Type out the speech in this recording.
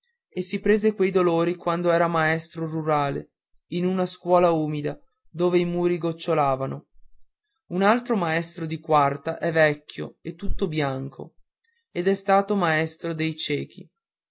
e si prese quei dolori quando era maestro rurale in una scuola umida dove i muri gocciolavano un altro maestro di quarta è vecchio e tutto bianco ed è stato maestro dei ciechi